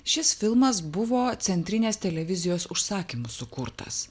šis filmas buvo centrinės televizijos užsakymu sukurtas